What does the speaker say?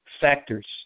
factors